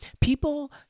people